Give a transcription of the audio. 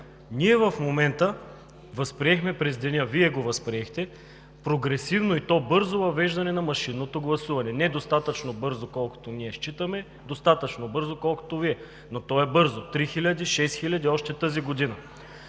Ние възприехме през деня, Вие го възприехте – прогресивно, и то бързо въвеждане на машинното гласуване, недостатъчно бързо, колкото ние считаме, достатъчно бързо, колкото Вие, но то е бързо – 3000, 6000 още тази година.